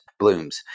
blooms